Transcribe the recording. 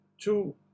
two